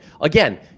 again